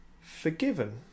Forgiven